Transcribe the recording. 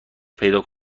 پیدا